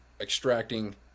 extracting